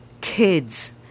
kids